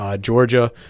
Georgia